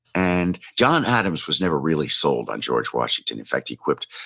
and john adams was never really sold on george washington. in fact he quipped,